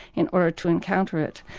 in order to encounter it.